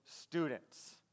students